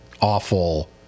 awful